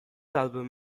album